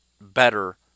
better